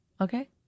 okay